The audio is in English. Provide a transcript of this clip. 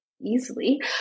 easily